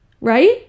right